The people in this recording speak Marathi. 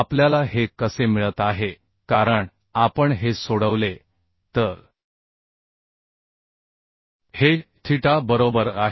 आपल्याला हे कसे मिळत आहे कारण आपण हे सोडवले तर हे थिटा बरोबर आहे